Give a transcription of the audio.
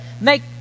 make